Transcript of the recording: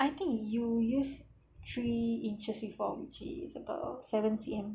I think you you use three inches before which is about seven C_M